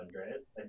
Andreas